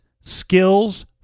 Skills